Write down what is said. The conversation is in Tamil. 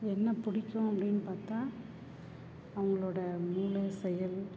என்ன பிடிக்கும் அப்படினு பார்த்தா அவங்களோட மூளை செயல்